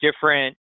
different